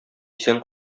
исән